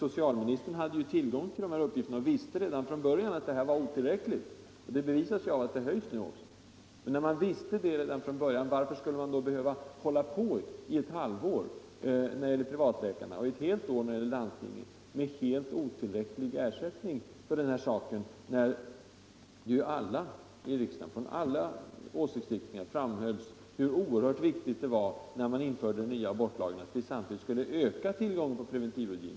Socialministern däremot hade tillgång till dessa fakta och visste redan från början att ersättningarna var otillräckliga. Detta bevisas ju nu också av att de nu har höjts. Och när man visste detta redan från början, varför behövde man då tillämpa helt otillfredsställande ersättningar under ett halvår för privatläkarna och under ett helt år för landstingen? Talesmän från alla åsiktsriktningar här i riksdagen framhöll ju när vi införde den nya abortlagen hur oerhört viktigt det var att vi samtidigt ökade tillgången på preventivrådgivning.